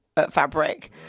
fabric